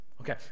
Okay